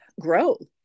grow